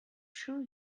sure